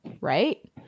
Right